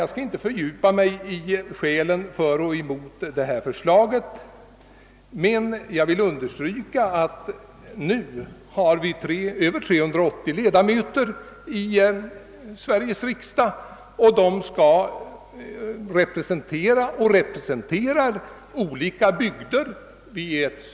Jag skall inte fördjupa mig i skälen för och emot detta förslag men vill understryka att vi nu i Sveriges riksdag har över 380 ledamöter som representerar olika bygder.